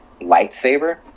lightsaber